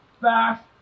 fast